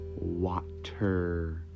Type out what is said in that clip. water